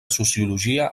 sociologia